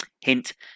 hint